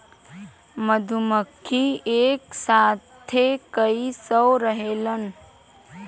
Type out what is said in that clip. मधुमक्खी एक साथे कई सौ रहेलन